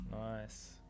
Nice